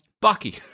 Bucky